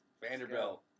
Vanderbilt